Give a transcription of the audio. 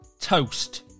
toast